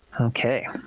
Okay